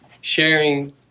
sharing